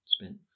spent